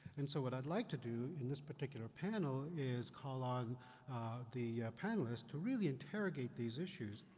and so what i'd like to do in this particular panel, is call on the panelists to really interrogate these issues.